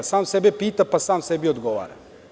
Sam sebe pita, pa sam sebi odgovara.